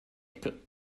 ecke